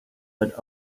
that